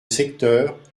secteur